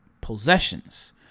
possessions